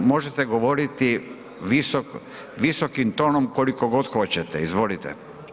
Možete govoriti visokim tonom koliko god hoćete, izvolite.